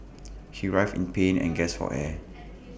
he writhed in pain and gasped for air